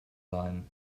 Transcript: wein